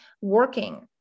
working